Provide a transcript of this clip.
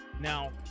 now